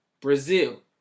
Brazil